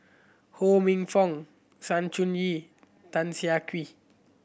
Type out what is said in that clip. Ho Minfong Sng Choon Yee Tan Siah Kwee